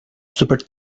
super